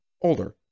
older